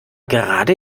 gerade